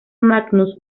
magnus